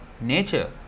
nature